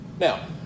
Now